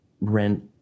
rent